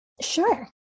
Sure